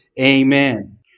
Amen